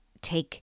take